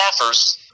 staffers